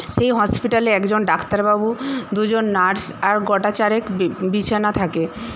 সেই হসপিটালে একজন ডাক্তারবাবু দুজন নার্স আর গোটা চারেক বি বিছানা থাকে